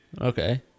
Okay